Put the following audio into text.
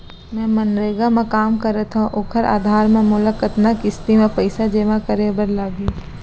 मैं मनरेगा म काम करथो, ओखर आधार म मोला कतना किस्ती म पइसा जेमा करे बर लागही?